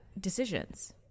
decisions